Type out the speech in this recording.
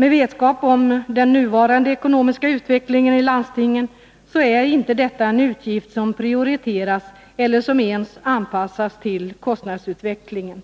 Mot bakgrund av den nuvarande ekonomiska utvecklingen i landstingen är detta inte en utgift som prioriteras, och bidraget anpassas inte ens till kostnadsutvecklingen.